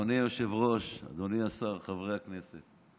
אדוני היושב-ראש, אדוני השר, חברי הכנסת,